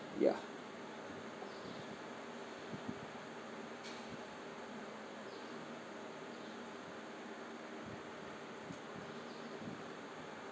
ya